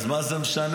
אז מה זה משנה?